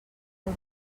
del